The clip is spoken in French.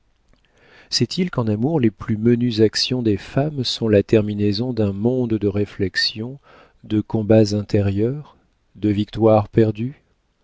sait-il qu'en amour les plus menues actions des femmes sont la terminaison d'un monde de réflexions de combats intérieurs de victoires perdues